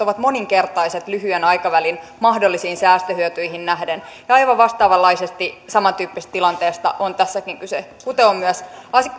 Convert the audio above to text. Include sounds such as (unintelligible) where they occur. (unintelligible) ovat moninkertaiset lyhyen aikavälin mahdollisiin säästöhyötyihin nähden ja aivan vastaavanlaisesti samantyyppisestä tilanteesta on tässäkin kyse kuten on myös